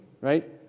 right